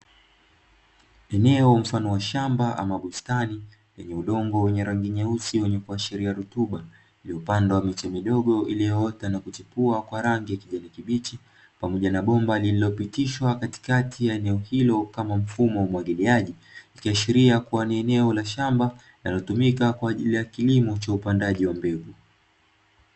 Eneo mfano wa shamba ama bustani lenye udongo wenye rangi nyeusi wenye kuhashiria rutuba, iliyopandwa kwa miche midogo iliyoota na kuchipua kwa rangi ya kijani kibichi pamoja na bomba lililopitishwa katikati ya eneo hilo kama mfumo wa umwagiliaji, ikiashiria ni eneo la shamba linalotumika kwa ajili ya kilimo cha upandaji wa mbegu.